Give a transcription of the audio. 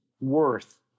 worth